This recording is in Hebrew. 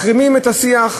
מחרימים את השיח,